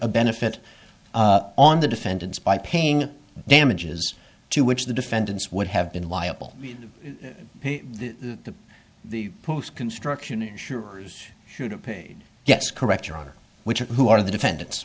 a benefit on the defendants by paying damages to which the defendants would have been liable to the construction insurers should have paid yes correct your honor which is who are the defendant